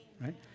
right